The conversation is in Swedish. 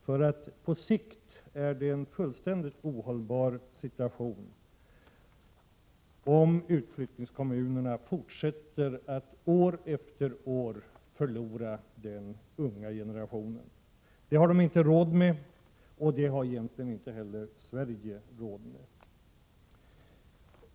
På sikt är det nämligen en fullständigt ohållbar situation, om utflyttningskommunerna år efter år förlorar den unga generationen. Det har kommunerna inte råd med, och det har egentligen inte heller Sverige råd med.